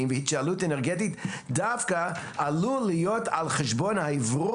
והתייעלות אנרגטית דווקא עלול להיות על חשבון האוורור